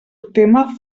tema